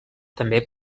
també